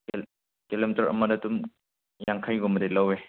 kilometre ꯑꯃꯗ ꯑꯗꯨꯝ ꯌꯥꯡꯈꯩꯒꯨꯝꯕꯗꯤ ꯂꯧꯋꯦ